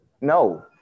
no